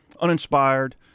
uninspired